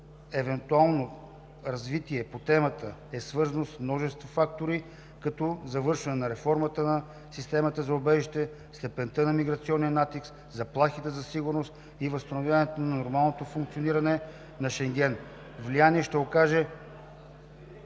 евентуалното развитие по темата е свързано с множество фактори, като: завършване на реформата на системата за убежище; степента на миграционния натиск; заплахите за сигурността и възстановяването на нормалното функциониране на Шенген. Влияние ще окаже